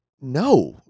no